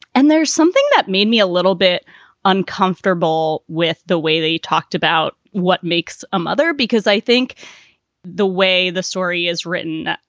and there's something that made me a little bit uncomfortable with the way they talked about what makes a mother, because i think the way the story is written,